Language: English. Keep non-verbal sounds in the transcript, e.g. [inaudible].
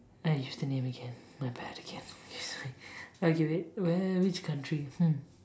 I used the name again my bad again [laughs] okay wait where which country hmm